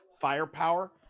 firepower